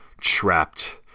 trapped